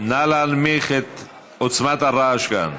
נא להנמיך את עוצמת הרעש כאן.